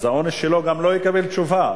אז העונש שלו, גם לא יקבל תשובה.